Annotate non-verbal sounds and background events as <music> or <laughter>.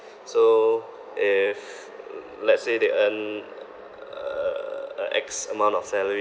so if <noise> let's say they earn uh a x amount of salary